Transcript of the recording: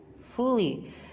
fully